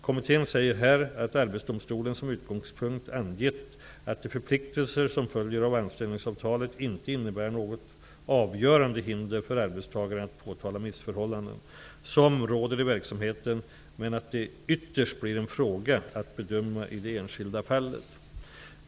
Kommittén säger här att Arbetsdomstolen som utgångspunkt angett att de förpliktelser som följer av anställningsavtalet inte innebär något avgörande hinder för arbetstagaren att påtala missförhållanden som råder i verksamheten men att det ytterst blir en fråga att bedöma i det enskilda fallet.